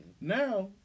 Now